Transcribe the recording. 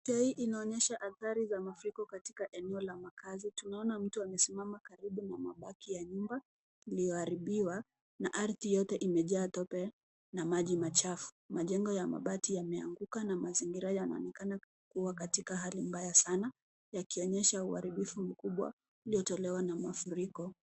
Picha ii unaonyesha hatari za mafuriko katika eneo la maakazi duni, tunaona mtu amesimama karibu mapaki ya nyumba ilioaripiwa na ardhi yote umejaa tope na maji machafu, majengo ya mabati yameanguka na mazingira yanaonekana kuwa katika hali mbaya sana yakionyesha uharibifu mkubwa uliotolewa na mwafuriko.